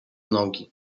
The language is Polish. nogi